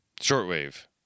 shortwave